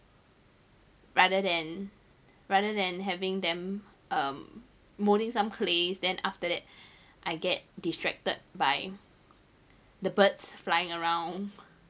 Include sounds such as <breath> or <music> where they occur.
rather than rather than having them um molding some clays then after that <breath> I get distracted by the birds flying around